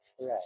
Right